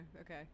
okay